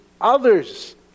others